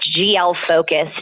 GL-focused